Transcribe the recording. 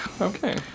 Okay